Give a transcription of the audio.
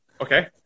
Okay